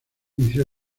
inicio